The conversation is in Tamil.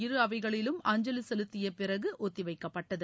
இரு அவைகளிலும் அஞ்சலிசெலுத்தியபிறகுஒத்திவைக்கப்பட்டது